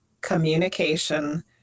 communication